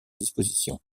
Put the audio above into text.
disposition